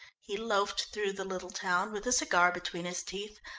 he loafed through the little town, with a cigar between his teeth,